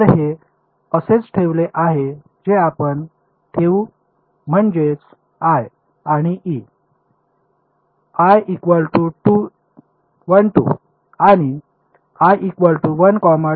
तर हे असेच ठेवले आहे जे आपण ठेवू म्हणजेच i आणि e आणि